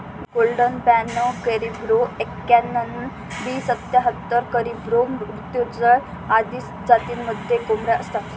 golden ब्याणव करिब्रो एक्याण्णण, B सत्याहत्तर, कॅरिब्रो मृत्युंजय आदी जातींमध्येही कोंबड्या असतात